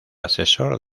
asesor